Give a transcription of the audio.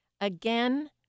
Again